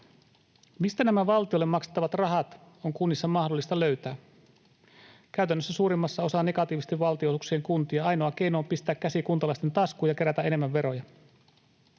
Mistä nämä valtiolle maksettavat rahat on kunnissa mahdollista löytää? Käytännössä suurimmassa osaa negatiivisten valtionosuuksien kuntia ainoa keino on pistää käsi kuntalaisten taskuun ja kerätä enemmän veroja.